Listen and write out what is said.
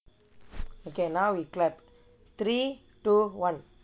okay now we clapped three two one